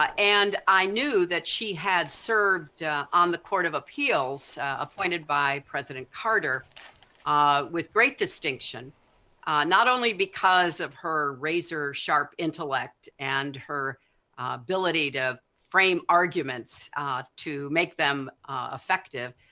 and i knew that she had served on the court of appeals appointed by president carter ah with great distinction not only because of her razor-sharp intellect and her ability to frame arguments to make them effective,